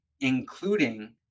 including